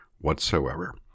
whatsoever